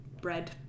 bread